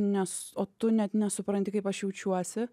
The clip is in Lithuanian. nes o tu net nesupranti kaip aš jaučiuosi